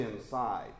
inside